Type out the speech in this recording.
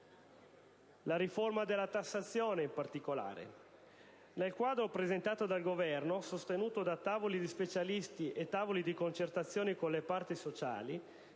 la riforma della tassazione. Nel quadro presentato dal Governo, sostenuto da tavoli di specialisti e tavoli di concertazione con le parti sociali,